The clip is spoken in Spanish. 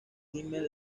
kimmel